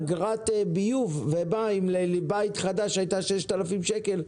אגרת ביוב ומים לבית חדש הייתה 6,000 ₪,